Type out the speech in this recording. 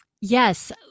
Yes